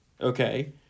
Okay